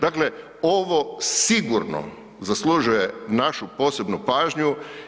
Dakle, ovo sigurno zaslužuje našu posebnu pažnju.